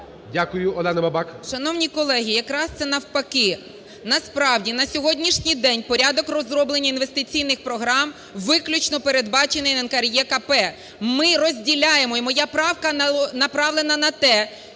Дякую. Олена Бабак.